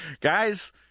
guys